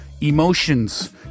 emotions